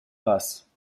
passe